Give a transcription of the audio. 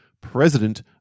President